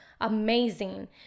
amazing